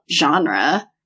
genre